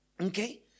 Okay